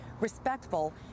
respectful